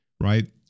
Right